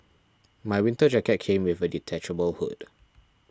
my winter jacket came with a detachable hood